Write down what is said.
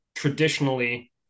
Traditionally